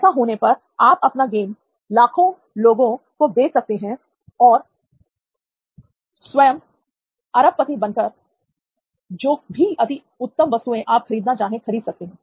ऐसा होने पर आप अपना गेम लाखों लोगों को बेच सकते हैं और स्वयं अरबपति बनकर जो भी अति उत्तम वस्तुएं आप खरीदना चाहे खरीद सकते है